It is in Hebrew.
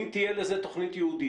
אם תהיה לזה תוכנית ייעודית.